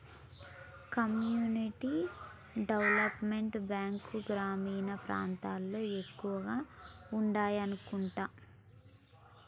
community development బ్యాంకులు గ్రామీణ ప్రాంతాల్లో ఎక్కువగా ఉండాయనుకుంటా